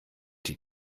die